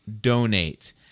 donate